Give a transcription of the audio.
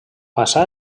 passà